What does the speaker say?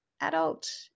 adult